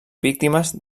víctimes